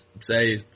say